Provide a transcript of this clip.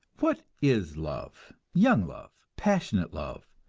what is love young love, passionate love,